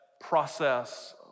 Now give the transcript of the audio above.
process